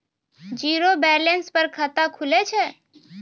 Zero balance पर खाता खुले छै?